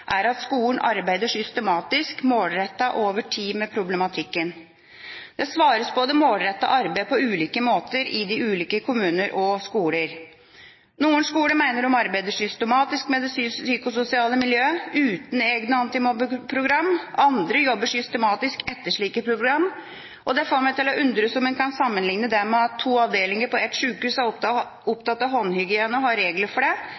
er at skolen arbeider systematisk, målrettet og over tid med problematikken. Det svares på det målrettede arbeidet på ulike måter i de ulike kommuner og skoler. Noen skoler mener de arbeider systematisk med det psykososiale miljøet uten egne antimobbeprogram, andre jobber systematisk etter slike program. Det får meg til å undres om en kan sammenligne det med at to avdelinger på et sykehus er opptatt av håndhygiene og har regler for det,